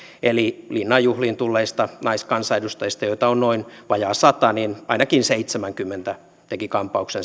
eli linnan juhliin tulleista naiskansanedustajista joita on noin vajaa sata ainakin seitsemänkymmentä teki kampauksen